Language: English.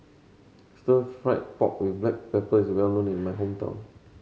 Stir Fried Pork With Black Pepper is well known in my hometown